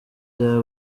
vya